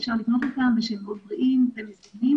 שאפשר לקנות אותם ושהם מאוד בריאים ומזינים.